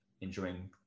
enjoying